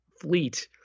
fleet